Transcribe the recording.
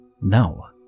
No